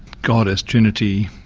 god as trinity,